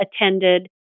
attended